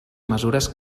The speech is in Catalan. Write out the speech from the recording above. mesures